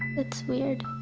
it's weird.